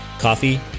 coffee